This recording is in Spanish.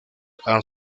han